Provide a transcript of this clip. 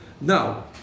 Now